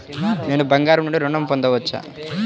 నేను బంగారం నుండి ఋణం పొందవచ్చా?